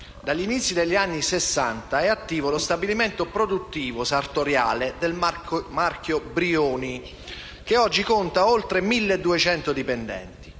dagli inizi degli anni Sessanta è attivo lo stabilimento produttivo sartoriale del marchio Brioni, che oggi conta oltre 1.200 dipendenti.